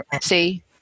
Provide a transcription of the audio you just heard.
see